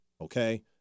Okay